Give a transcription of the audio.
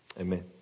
Amen